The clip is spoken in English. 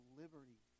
liberty